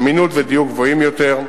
אמינות ודיוק גבוהים יותר,